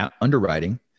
underwriting